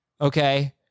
Okay